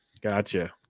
gotcha